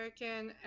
American